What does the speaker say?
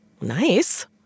Nice